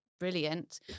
Brilliant